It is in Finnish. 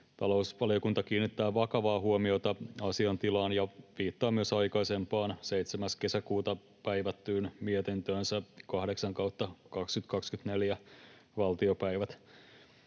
Talousvaliokunta kiinnittää vakavaa huomiota asiantilaan ja viittaa myös aikaisempaan, 7. kesäkuuta 2024 päivättyyn mietintöönsä 8/2024 vp.